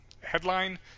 headline